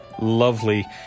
Lovely